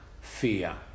Fear